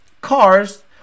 cars